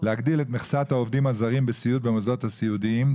להגדיל את מכסת העובדים הזרים בתחום הסיעוד במוסדות הסיעודיים,